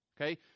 Okay